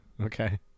Okay